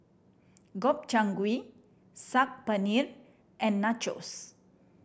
Gobchang Gui Saag Paneer and Nachos